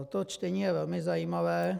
To čtení je velmi zajímavé.